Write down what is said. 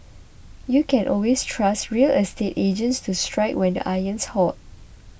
you can always trust real estate agents to strike when the iron's hot